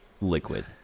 Liquid